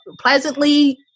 pleasantly